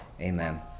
Amen